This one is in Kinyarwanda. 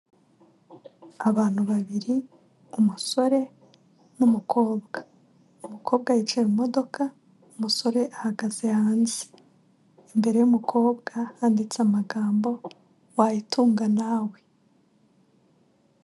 Abantu babiri, umusore n'umukobwa, umukobwa yicaye mu modoka umusore ahagaze hanze, imbere y'umukobwa handitse amagambo wayitunga nawe.